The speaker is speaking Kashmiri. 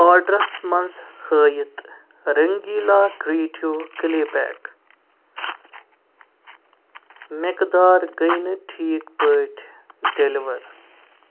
آرڈرَس منٛز ہٲیِتھ رٔنٛگیٖلا کرِٛییٹِو کلے پیک مٮ۪قدار گٔیہِ نہٕ ٹھیٖک پٲٹھۍ ڈیلیور